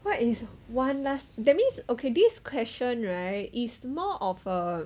what is one last that means okay this question right is more of a